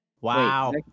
wow